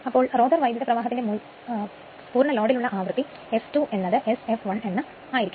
അപ്പോൾ റോട്ടർ വൈദ്യുതപ്രവാഹത്തിന്റെ മുഴുവൻ ലോഡിൽ ഉള്ള ആവൃത്തി f2Sfl എന്ന് ആയിരിക്കും